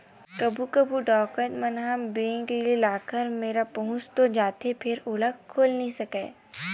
कभू कभू डकैत मन ह बेंक के लाकर मेरन तो पहुंच जाथे फेर ओला खोल नइ सकय